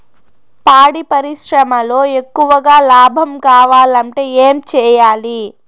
పాడి పరిశ్రమలో ఎక్కువగా లాభం కావాలంటే ఏం చేయాలి?